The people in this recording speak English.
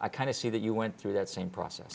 i kind of see that you went through that same process